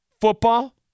football